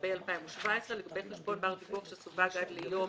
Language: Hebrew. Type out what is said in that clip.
לגבי חשבון בר דיווח שסווג עד ליום